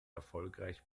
erfolgreich